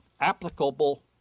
applicable